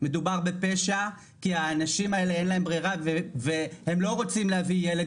מדובר בפשע כי האנשים האלה אין להם ברירה והם לא רוצים להביא ילד